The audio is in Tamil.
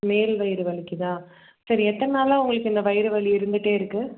மேல் வயிறு வலிக்குதா சரி எத்தனை நாளாக உங்களுக்கு இந்த வயிறு வலி இருந்துகிட்டே இருக்குது